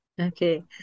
Okay